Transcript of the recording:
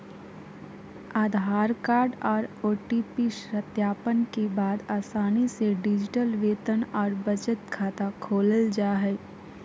आधार card आर OTP सत्यापन के बाद आसानी से डिजिटल वेतन आर बचत खाता खोलल जा हय